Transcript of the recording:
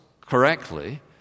correctly